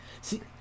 See